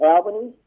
Albany